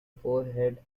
forehead